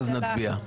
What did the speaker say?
אז נצביע.